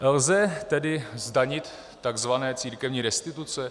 Lze tedy zdanit tzv. církevní restituce?